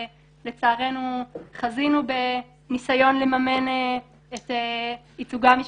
ולצערנו חזינו בניסיון לממן את ייצוגה המשפטי,